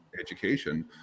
education